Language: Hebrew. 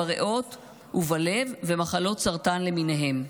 בריאות ובלב ומחלות סרטן למיניהן.